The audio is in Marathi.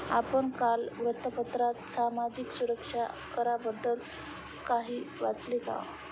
आपण काल वृत्तपत्रात सामाजिक सुरक्षा कराबद्दल काही वाचले का?